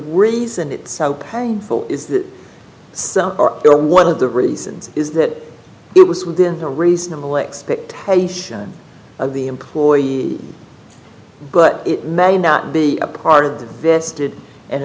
reason it's so painful is that some one of the reasons is that it was within the reasonable expectation of the employer but it may not be a part of the vested and